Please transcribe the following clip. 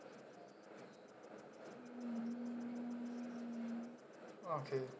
okay